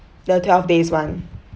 the twelve days one